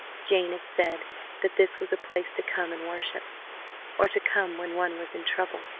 jane had said that this was a place to come and worship or to come when one was in trouble!